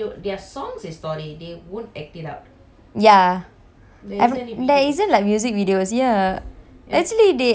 ya there isn't like music videos ya actually they upgraded though thinking about it